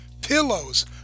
pillows